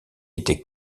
était